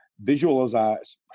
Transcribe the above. visualize